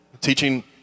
Teaching